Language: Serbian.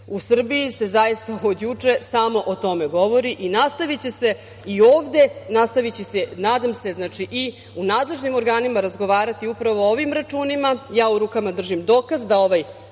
u Srbiji se zaista od juče samo o tome govori i nastaviće se i ovde, nastaviće se nadam se i u nadležnim organima razgovarati upravo o ovim računima. Ja u rukama držim dokaz da ovaj